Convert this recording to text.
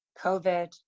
COVID